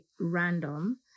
random